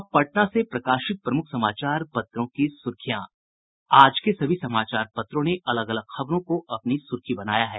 अब पटना से प्रकाशित प्रमुख समाचार पत्रों की सुर्खियां आज के सभी समाचार पत्रों ने अलग अलग खबरों को अपनी सुर्खी बनाया है